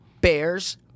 Bears